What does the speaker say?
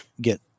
get